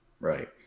Right